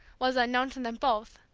was, unknown to them both,